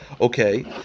Okay